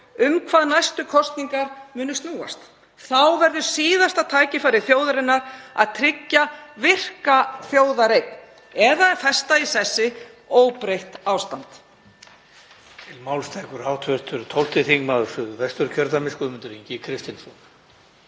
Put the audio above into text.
um hvað næstu kosningar munu snúast. Þá verður síðasta tækifæri þjóðarinnar til að tryggja virka þjóðareign eða festa í sessi óbreytt ástand.